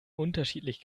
unterschiedlich